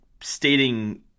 stating